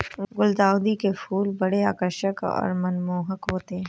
गुलदाउदी के फूल बड़े आकर्षक और मनमोहक होते हैं